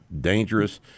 dangerous